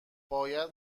باید